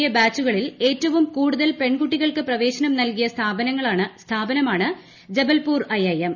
A ബാച്ചുക ളിൽ ഏറ്റവും കൂടുതൽ പെൺകുട്ടികൾക്ക് പ്രവേശനം നൽകിയ സ്ഥാപനമാണ് ജബൽപൂർ ഐഐഎം